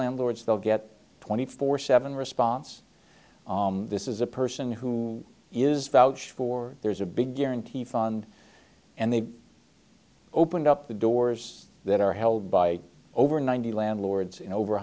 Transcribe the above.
landlords they'll get twenty four seven response this is a person who is vouched for there's a big guarantee fund and they opened up the doors that are held by over ninety landlords in over